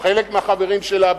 או חלק מהחברים שלה,